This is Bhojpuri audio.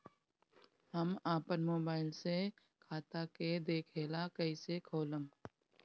हम आपन मोबाइल से खाता के देखेला कइसे खोलम?